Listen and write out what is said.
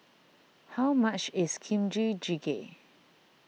how much is Kimchi Jjigae